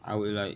I would like